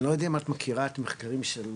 אני לא יודע אם את מכירה את המחקרים של פרופ'